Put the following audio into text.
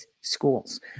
schools